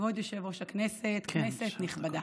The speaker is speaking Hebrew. יושב-ראש הישיבה, כנסת נכבדה,